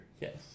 Yes